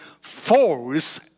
force